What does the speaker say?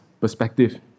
perspective